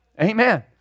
Amen